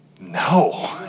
No